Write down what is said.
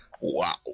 Wow